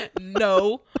no